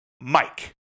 Mike